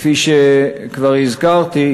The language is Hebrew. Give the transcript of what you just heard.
כפי שכבר הזכרתי,